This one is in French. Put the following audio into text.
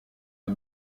les